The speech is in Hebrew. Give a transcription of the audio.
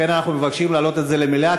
אנחנו מבקשים להעלות את זה למליאה,